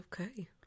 Okay